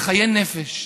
בחיי נפש,